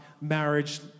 marriage